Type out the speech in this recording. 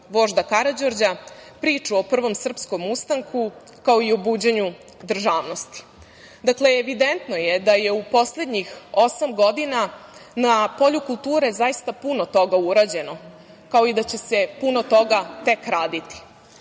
vožda Karađorđa, priču o Prvom srpskom ustanku, kao i o buđenju državnosti. Dakle, evidentno je da je u poslednjih osam godina na polju kulture zaista puno toga urađeno, kao i da će se puno toga tek